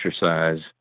exercise